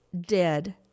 dead